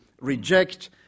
reject